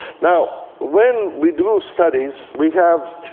now, when we do studies we have,